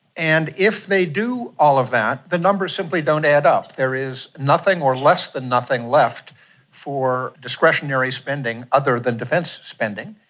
and if they do all of that, the numbers simply don't add up. there is nothing or less than nothing left for discretionary spending other than defence spending.